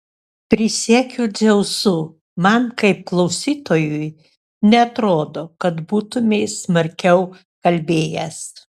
prisiekiu dzeusu man kaip klausytojui neatrodo kad būtumei smarkiau kalbėjęs